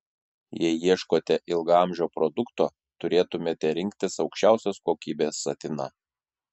jei ieškote ilgaamžio produkto turėtumėte rinktis aukščiausios kokybės satiną